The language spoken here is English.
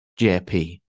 JP